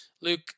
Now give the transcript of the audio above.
Luke